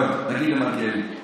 טוב, נגיד שמגיע לי.